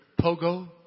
Pogo